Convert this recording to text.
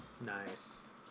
nice